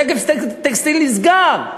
"נגב טקסטיל" נסגר.